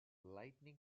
lightning